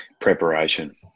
Preparation